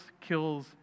kills